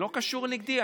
לא קשור נגדי.